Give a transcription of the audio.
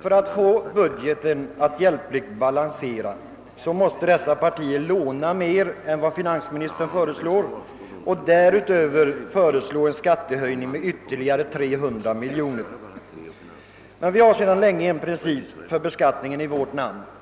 För att få budgeten att hjälpligt balansera måste dessa partier låna mer än finansministern föreslår och därutöver föreslå skattehöjningar med ytterligare 300 miljoner kronor. Vi har sedan länge en princip för beskattningen i vårt